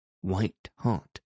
white-hot